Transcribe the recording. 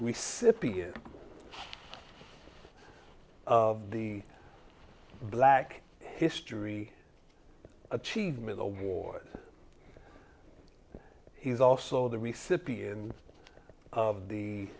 recipient of the black history achievement award he's also the re city and of the